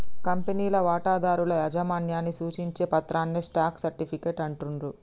కంపెనీలో వాటాదారుల యాజమాన్యాన్ని సూచించే పత్రాన్నే స్టాక్ సర్టిఫికేట్ అంటుండ్రు